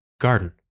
garden